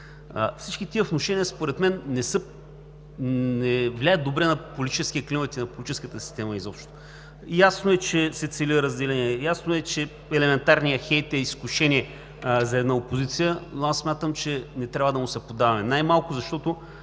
Всички тези внушения според мен не влияят добре на политическия климат и на политическата система изобщо. Ясно е, че се цели разделение, ясно е, че елементарният хейт е изкушение за една опозиция. Но аз смятам, че не трябва да му се поддаваме най-малкото, защото